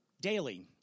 Daily